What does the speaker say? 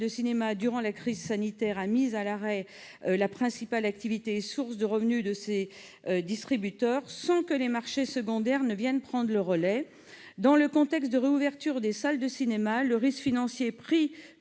cinéma durant la crise sanitaire a mis à l'arrêt la principale activité et source de revenus des distributeurs, sans que les marchés secondaires viennent prendre le relais. Dans le contexte de réouverture des salles de cinéma, le risque financier pris